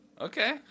Okay